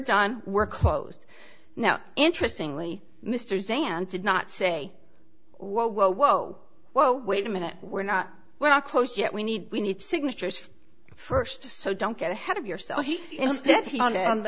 done we're closed now interestingly mr zanti not say whoa whoa whoa whoa wait a minute we're not we're not close yet we need we need signatures first so don't get ahead of yourself